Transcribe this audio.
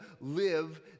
live